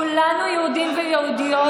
כולנו יהודים ויהודיות,